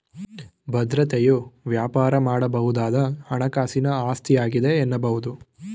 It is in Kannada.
ಭದ್ರತೆಯು ವ್ಯಾಪಾರ ಮಾಡಬಹುದಾದ ಹಣಕಾಸಿನ ಆಸ್ತಿಯಾಗಿದೆ ಎನ್ನಬಹುದು